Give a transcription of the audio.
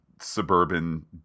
suburban